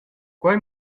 quei